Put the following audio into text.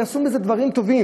ויעשו עם זה דברים טובים.